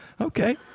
Okay